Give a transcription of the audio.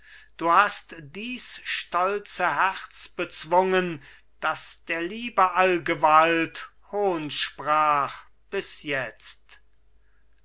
du hast dies stolze herz bezwungen das der liebe allgewalt hohn sprach bis jetzt